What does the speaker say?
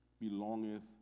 belongeth